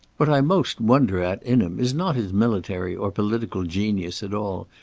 what i most wonder at in him is not his military or political genius at all,